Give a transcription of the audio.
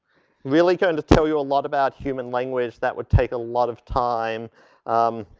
really going to tell you a lot about human language that would take a lot of time um,